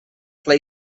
play